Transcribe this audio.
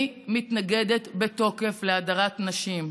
אני מתנגדת בתוקף להדרת נשים,